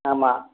ஆமாம்